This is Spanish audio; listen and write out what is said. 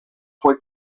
fue